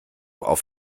auf